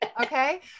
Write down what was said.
Okay